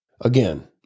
Again